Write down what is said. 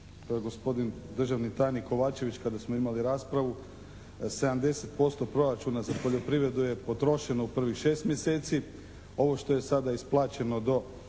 gospodin državni tajnik Kovačević kada smo imali raspravu, 70% proračuna za poljoprivredu je potrošeno u prvih 6 mjeseci. Ovo što je sada isplaćeno do